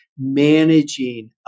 managing